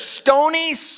stony